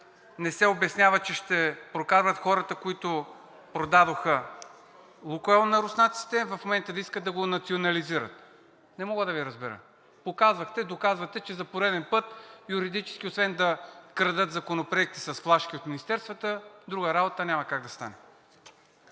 не се обяснява, че ще прокарват хората, които продадоха „Лукойл“ на руснаците и в момента да искат да го национализират. Не мога да Ви разбера. Показахте, доказвате, че за пореден път юридически освен да крадат законопроекти с флашки от министерствата, друга работа няма как да стане.